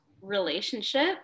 relationship